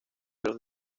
los